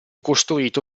costruito